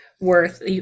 worth